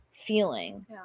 feeling